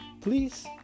please